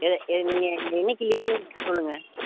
எது ஏ நீங்கள் என்னைக்கி லீவுன்னு சொல்லுங்க